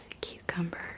cucumber